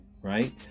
right